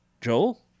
Joel